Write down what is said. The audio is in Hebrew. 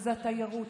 וזה התיירות,